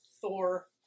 Thor